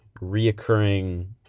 reoccurring